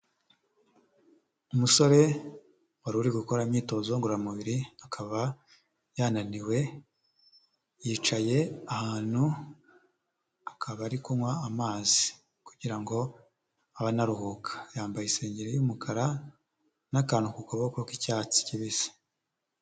Umusore wari uri gukora imyitozo ngororamubiri akaba yananiwe, yicaye ahantu akaba ari kunywa amazi ,kugira ngo abe anaruhuka. Yambaye isengeri y'umukara n'akantu ku kuboko k'icyatsi kibisi.